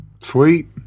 Sweet